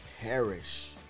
perish